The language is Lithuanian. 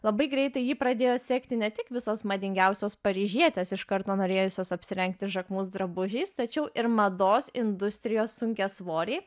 labai greitai jį pradėjo sekti ne tik visos madingiausios paryžietės iš karto norėjusios apsirengti žakmus drabužiais tačiau ir mados industrijos sunkiasvoriai